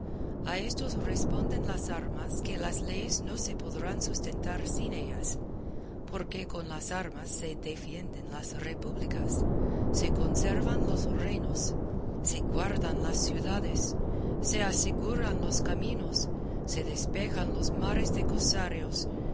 a esto responden las armas que las leyes no se podrán sustentar sin ellas porque con las armas se defienden las repúblicas se conservan los reinos se guardan las ciudades se aseguran los caminos se despejan los mares de cosarios